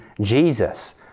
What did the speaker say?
Jesus